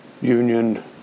union